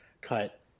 cut